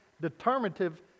determinative